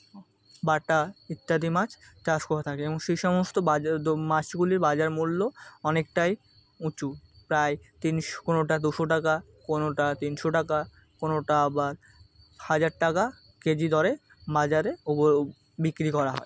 বাটা ইত্যাদি মাছ চাষ করা থাকে এবং সেই সমস্ত বাজার দো মাছগুলির বাজার মূল্য অনেকটাই উঁচু প্রায় তিনশো কোনওটা দুশো টাকা কোনওটা তিনশো টাকা কোনওটা বা হাজার টাকা কেজি দরে বাজারে ওগুলো বিক্রি করা হয়